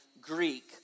Greek